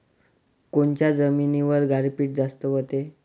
कोनच्या जमिनीवर गारपीट जास्त व्हते?